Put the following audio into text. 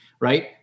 right